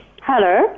Hello